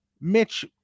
Mitch